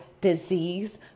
disease